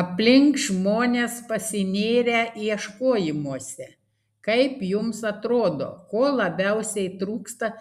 aplink žmonės pasinėrę ieškojimuose kaip jums atrodo ko labiausiai trūksta